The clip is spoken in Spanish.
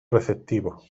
receptivo